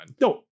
no